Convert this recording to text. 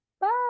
Bye